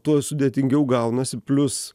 tuo sudėtingiau gaunasi plius